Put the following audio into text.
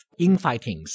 infightings